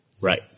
Right